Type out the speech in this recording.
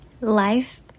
Life